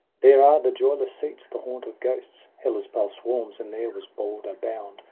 there are the joyless seats, the haunt of ghosts, hela's pale swarms and there was balder bound.